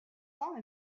temps